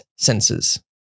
sensors